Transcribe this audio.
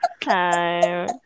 time